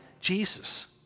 Jesus